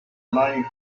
life